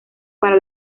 para